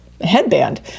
headband